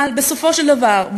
אבל בסופו של דבר,